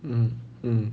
mm mm